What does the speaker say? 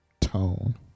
Tone